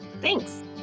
thanks